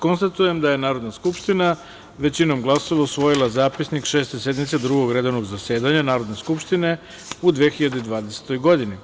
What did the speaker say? Konstatujem da je Narodna skupština većinom glasova usvojila Zapisnik Šeste sednice Drugog redovnog zasedanja Narodne skupštine u 2020. godini.